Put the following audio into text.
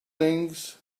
things